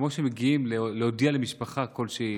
כמו שמגיעים להודיע למשפחה כלשהי,